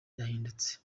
yahindutse